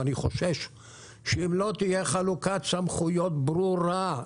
אני חושש שאם לא תהיה חלוקת סמכויות ברורה,